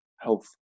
health